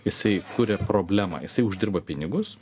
jisai kuria problemą jisai uždirba pinigus